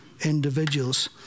individuals